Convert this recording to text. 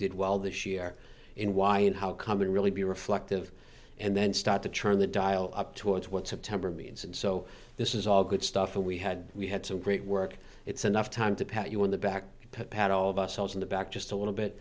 did well this year in why and how come and really be reflective and then start to turn the dial up towards what september means and so this is all good stuff and we had we had some great work it's enough time to pat you on the back to prepare all of us holes in the back just a little bit